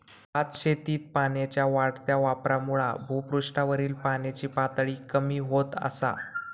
भातशेतीत पाण्याच्या वाढत्या वापरामुळा भुपृष्ठावरील पाण्याची पातळी कमी होत असा